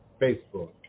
Facebook